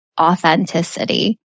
authenticity